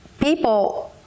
people